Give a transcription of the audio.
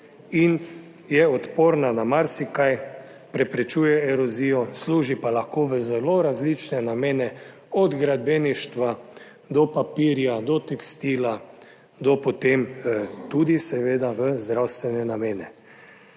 in je odporna na marsikaj, preprečuje erozijo, služi pa lahko v zelo različne namene, od gradbeništva do papirja do tekstila do tudi seveda v zdravstvene namene.